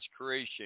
creation